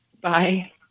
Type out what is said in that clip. Bye